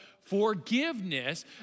forgiveness